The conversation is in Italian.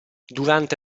durante